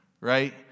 right